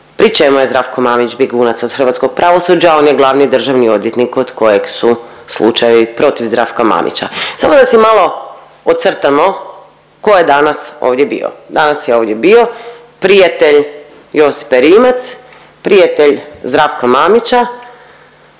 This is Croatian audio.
pri čemu je Zdravko Mamić bjegunac od hrvatskog pravosuđa, on je glavni državni odvjetnik kod kojeg su slučajevi protiv Zdravka Mamića. Samo da si malo ocrtamo tko je danas ovdje bio. Danas je ovdje bio prijatelj Josipe Rimac, prijatelj Zdravka Mamića